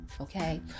okay